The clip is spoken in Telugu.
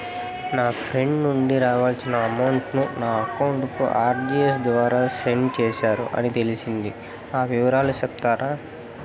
నా ఫ్రెండ్ నుండి రావాల్సిన అమౌంట్ ను నా అకౌంట్ కు ఆర్టిజియస్ ద్వారా సెండ్ చేశారు అని తెలిసింది, ఆ వివరాలు సెప్తారా?